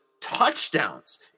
touchdowns